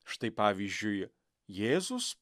štai pavyzdžiui jėzus